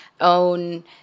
own